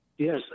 Yes